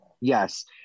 yes